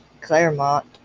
Claremont